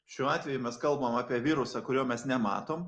šiuo atveju mes kalbam apie virusą kurio mes nematom